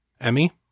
Emmy